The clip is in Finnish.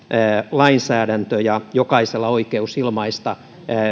lainsäädäntö ja jokaisella oikeus ilmaista